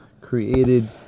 created